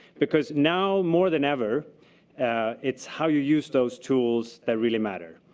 because now more than ever it's how you use those tools that really matter,